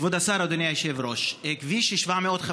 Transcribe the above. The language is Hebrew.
כבוד השר, אדוני היושב-ראש, כביש 754,